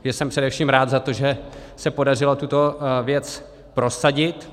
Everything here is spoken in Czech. Já jsem především rád za to, že se podařilo tuto věc prosadit.